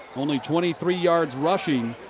only twenty three yards rushing